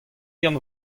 yann